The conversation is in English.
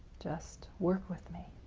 just work with me.